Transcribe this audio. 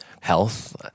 health